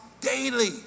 daily